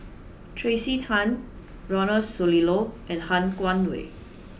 Tracey Tan Ronald Susilo and Han Guangwei